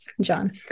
John